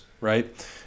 right